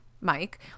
Mike